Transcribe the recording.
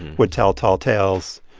would tell tall tales.